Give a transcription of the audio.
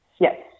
Yes